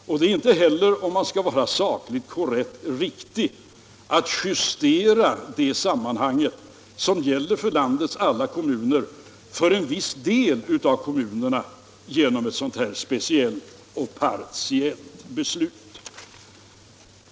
Om man skall vara sakligt korrekt, är det inte heller riktigt att justera det sammanhanget, som gäller för landets alla kommuner, bara för en del av dem, genom ett sådant här speciellt och partiellt beslut.